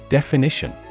Definition